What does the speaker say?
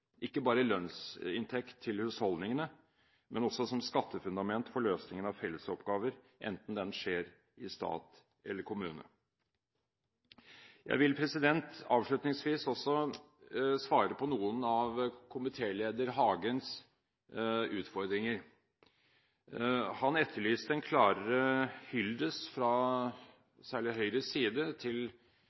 ikke bare for lønnsinntekt til husholdningene, men også som skattefundament for løsningen av fellesoppgaver, enten den skjer i stat eller i kommune. Jeg vil avslutningsvis svare på noen av komitéleder Hagens utfordringer. Han etterlyste en klarere hyllest, særlig fra Høyres side, til